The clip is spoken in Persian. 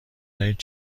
دهید